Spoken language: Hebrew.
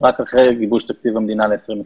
רק אחרי גיבוש תקציב המדינה ל-2020.